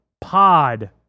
Pod